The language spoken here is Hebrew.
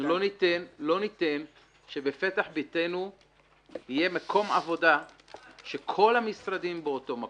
לא ניתן שבפתח ביתנו יהיה מקום עבודה שכל המשרדים באותו מקום,